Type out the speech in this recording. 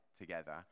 together